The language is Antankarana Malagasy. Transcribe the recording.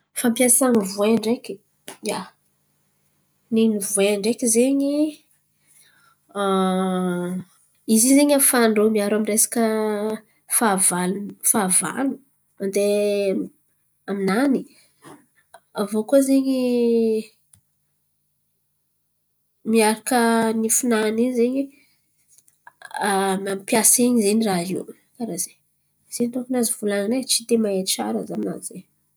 Fampiasan’ny voay ndraiky. Ia, nin’ny voay ndraiky izy in̈y ze afahan-drô miaro amin’ny resaka fahavalo fahavalo mandeha aminany. Aviô koa zen̈y miaraka nifi-nany in̈y zen̈y ampiasainy ze raha io tsy de mahay tsara za aminany zen̈y.